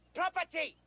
property